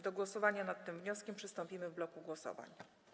Do głosowania nad tym wnioskiem przystąpimy w bloku głosowań.